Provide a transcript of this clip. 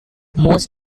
most